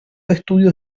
estudios